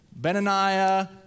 Benaniah